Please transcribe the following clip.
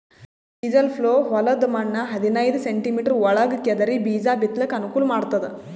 chisel plough ಹೊಲದ್ದ್ ಮಣ್ಣ್ ಹದನೈದ್ ಸೆಂಟಿಮೀಟರ್ ಒಳಗ್ ಕೆದರಿ ಬೀಜಾ ಬಿತ್ತಲಕ್ ಅನುಕೂಲ್ ಮಾಡ್ತದ್